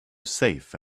safe